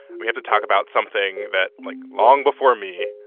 we have to talk about something that, like, long before me,